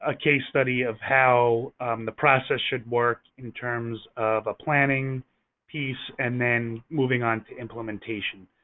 ah case study of how the process should work in terms of a planning piece. and then moving on to implementation.